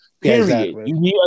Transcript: Period